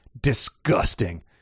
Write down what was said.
Disgusting